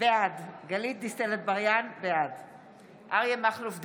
בעד אריה מכלוף דרעי,